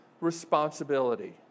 responsibility